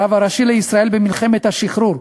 הרב הראשי לישראל במלחמת השחרור.